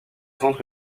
centre